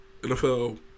NFL